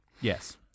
Yes